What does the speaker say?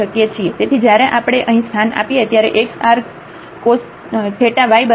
તેથી જ્યારે આપણે અહીં સ્થાન આપીએ ત્યારે x r cos theta y બરાબર છે